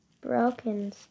Broken